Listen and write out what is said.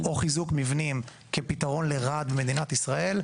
או חיזוק מבנים כפתרון לרעד במדינת ישראל,